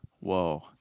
Whoa